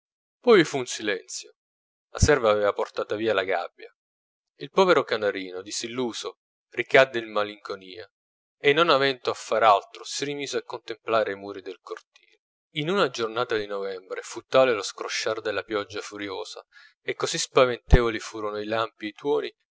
vi fu un silenzio la serva aveva portata via la gabbia il povero canarino disilluso ricadde in malinconia e non avendo a far altro si rimise a contemplare i muri del cortile in una giornata di novembre fu tale lo scrosciar della pioggia furiosa e così spaventevoli furono i lampi